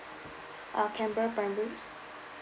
uh canberra primary